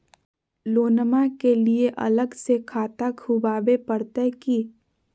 लोनमा के लिए अलग से खाता खुवाबे प्रतय की?